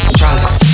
drugs